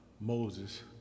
Moses